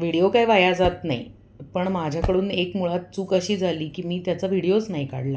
video काय वाया जात नाही पण माझ्याकडून एक मुळात चूक अशी झाली की मी त्याचा व्हिडिओच नाही काढला